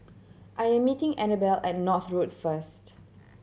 I am meeting Annabelle at North Road first